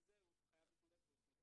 עם זה הוא חייב להתמודד והוא יתמודד.